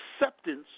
acceptance